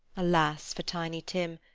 alas for tiny tim,